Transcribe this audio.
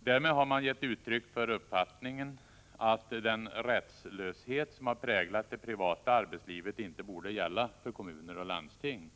Därmed har man gett uttryck för uppfattningen att den rättslöshet som präglat det privata arbetslivet inte borde gälla för kommuner och landsting.